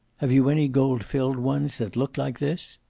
have you any gold-filled ones that look like this?